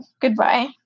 Goodbye